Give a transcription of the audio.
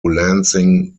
lancing